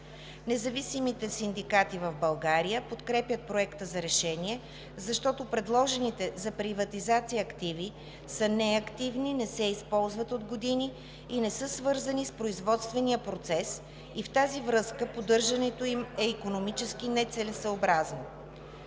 Независимите синдикати в България подкрепят Проекта за решение, защото предложените за приватизация активи са неактивни, не се използват от години и не са свързани с производствения процес и в тази връзка поддържането им е икономически нецелесъобразно.